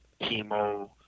chemo